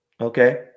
Okay